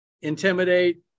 intimidate